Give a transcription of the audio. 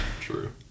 True